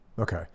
Okay